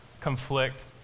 conflict